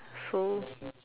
so